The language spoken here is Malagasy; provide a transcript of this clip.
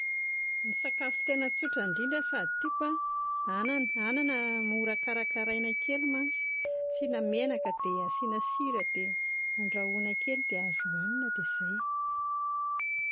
Ny sakafo tena tsotra indrindra sady tiako a, anana, anana mora karakaraina kely mantsy, asiana menaka, dia asiana sira dia andrahoina kely dia azo hohanina dia izay